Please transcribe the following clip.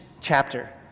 chapter